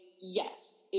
yes